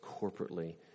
corporately